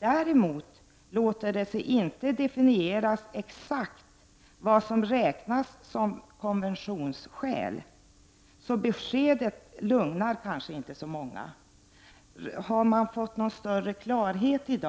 Däremot låter det sig inte definieras exakt vad som räknas som konventionsskäl så beskedet lugnar kanske inte så många.” Har man i dag fått någon större klarhet i